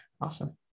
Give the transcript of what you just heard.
Awesome